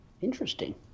Interesting